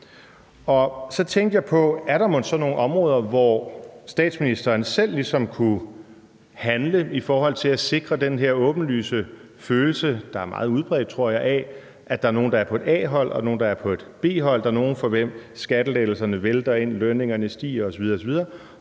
Så tænkte jeg på, om der mon er nogle områder, hvor statsministeren selv ligesom kunne handle i forhold til den her åbenlyse følelse, der er meget udbredt, tror jeg, af, at der er nogle, der er på et A-hold, og nogle, der er på et B-hold. Der er nogle, for hvem skattelettelserne vælter ind, lønningerne stiger osv. Og